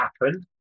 happen